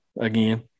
again